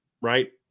right